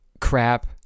crap